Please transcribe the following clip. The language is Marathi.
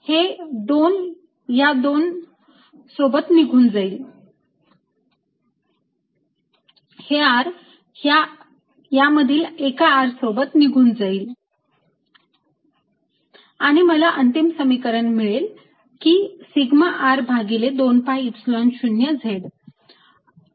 हे 2 या 2 मधून निघून हे R या मधील एका R सोबत निघून जाईल आणि मला अंतिम समीकरण असे मिळेल की सिग्मा R भागिले 2 Epsilon 0 z